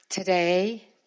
Today